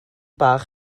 bach